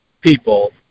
people